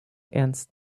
ernst